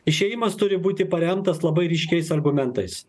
išėjimas turi būti paremtas labai ryškiais argumentais